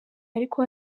ariko